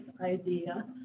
idea